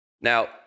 Now